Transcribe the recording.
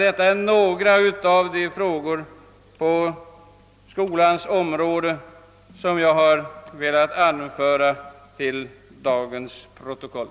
Detta är några av de frågor på skolans område som jag har velat omnämna till dagens protokoll.